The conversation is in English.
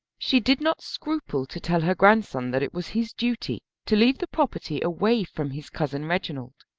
she did not scruple to tell her grandson that it was his duty to leave the property away from his cousin reginald,